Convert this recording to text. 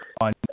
on